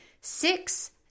six